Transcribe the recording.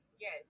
Yes